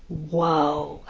whoa!